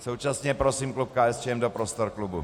Současně prosím klub KSČM do prostor klubu.